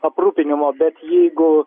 aprūpinimo bet jeigu